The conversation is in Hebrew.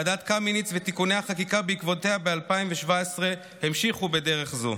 ועדת קמיניץ ותיקוני החקיקה בעקבותיה ב-2017 המשיכו בדרך זו.